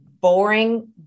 boring